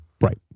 right